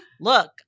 look